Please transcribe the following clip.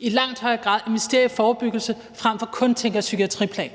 i langt højere grad investerer i forebyggelse frem for kun at tænke psykiatriplan.